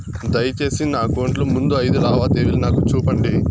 దయసేసి నా అకౌంట్ లో ముందు అయిదు లావాదేవీలు నాకు చూపండి